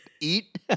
Eat